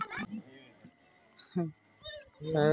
गद्दी भेरा जम्मूमे पोसल जाइ छै आ एकरासँ भेटै बला उन बहुत नामी होइ छै